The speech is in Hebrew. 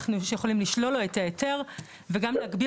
אנחנו יכולים לשלול לו את ההיתר וגם להגביל